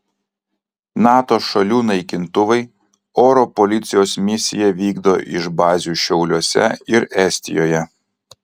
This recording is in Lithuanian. nato šalių naikintuvai oro policijos misiją vykdo iš bazių šiauliuose ir estijoje